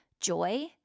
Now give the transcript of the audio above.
joy